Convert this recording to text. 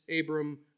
Abram